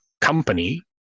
company